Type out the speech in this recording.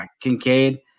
Kincaid